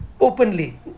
openly